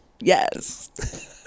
yes